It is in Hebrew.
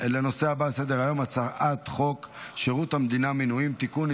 הבא על סדר-היום: הצעת חוק שירות המדינה (מינויים) (תיקון,